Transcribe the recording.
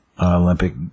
Olympic